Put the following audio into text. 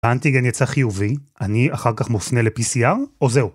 האנטיגן יצא חיובי, אני אחר כך מופנה לPCR, או זהו.